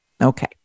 Okay